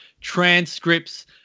transcripts